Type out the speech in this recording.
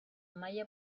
malla